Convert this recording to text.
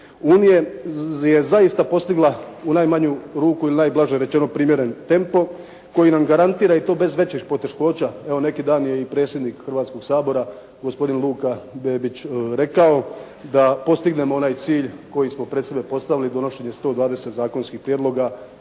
unije je zaista postigla u najmanju ruku ili najblaže rečeno primjeren tempo koji nam garantira i to bez većih poteškoća. Evo neki dan je i predsjednik Hrvatskoga sabora gospodin Luka Bebić rekao da postignemo onaj cilj koji smo pred sebe postavili donošenje 120 zakonskih prijedloga